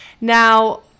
Now